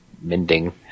mending